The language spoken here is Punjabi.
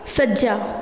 ਸੱਜਾ